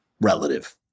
relative